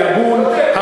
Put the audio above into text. אני הגון,